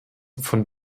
von